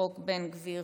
חוק בן גביר,